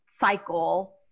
cycle